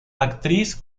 actriz